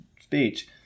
speech